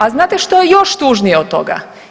A znate što je još tužnije od toga?